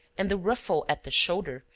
and the ruffle at the shoulder,